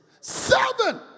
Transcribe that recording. seven